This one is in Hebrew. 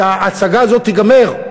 כי ההצגה הזאת תיגמר.